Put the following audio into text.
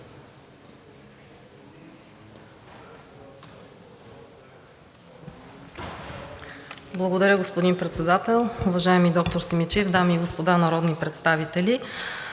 Благодаря, господин Председател. Уважаеми доктор Симидчиев, дами и господа народни представители!